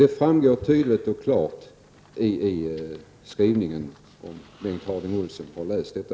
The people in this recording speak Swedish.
Detta framgår tydligt och klart av skrivningen, om Bengt Harding Olson har läst den.